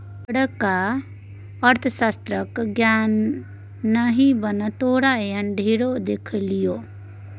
बड़का अर्थशास्त्रक ज्ञाता नहि बन तोरा एहन ढेर देखलियौ